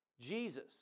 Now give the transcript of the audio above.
Jesus